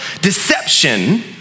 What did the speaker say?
deception